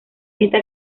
esta